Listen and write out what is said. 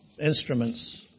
instruments